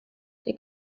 die